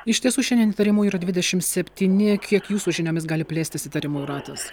iš tiesų šiandien įtarimų yra dvidešimt septyni kiek jūsų žiniomis gali plėstis įtariamųjų ratas